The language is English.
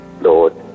Lord